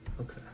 Okay